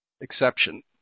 exception